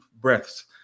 breaths